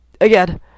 again